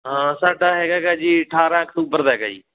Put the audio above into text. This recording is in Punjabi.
ਹਾਂ ਸਾਡਾ ਹੈਗਾ ਗਾ ਜੀ ਅਠਾਰਾਂ ਅਕਤੂਬਰ ਦਾ ਹੈਗਾ ਜੀ